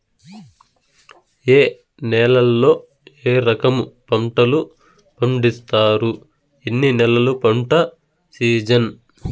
ఏ నేలల్లో ఏ రకము పంటలు పండిస్తారు, ఎన్ని నెలలు పంట సిజన్?